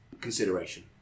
consideration